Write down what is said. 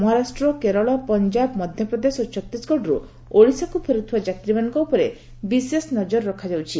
ମହାରାଷ୍ଟ୍ର କେରଳ ପଞ୍ଞାବ ମଧ୍ଧପ୍ରଦେଶ ଓ ଛତିଶଗଡ଼ରୁ ଓଡ଼ିଶାକୁ ଫେରୁଥିବା ଯାତ୍ରୀମାନଙ୍କ ଉପରେ ବିଶେଷ ନଜର ରଖାଯାଉଛି